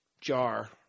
jar